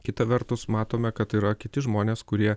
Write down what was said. kita vertus matome kad yra kiti žmonės kurie